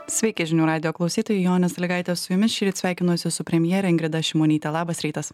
sveiki žinių radijo klausytojai jonė sąlygaitė su jumis šįryt sveikinosi su premjere ingrida šimonytė labas rytas